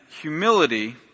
humility